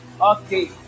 Okay